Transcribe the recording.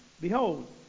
Behold